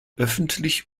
öffentlich